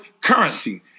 currency